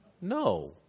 No